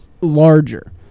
larger